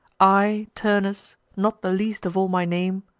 i, turnus, not the least of all my name,